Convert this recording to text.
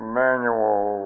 manual